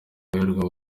twahirwa